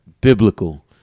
biblical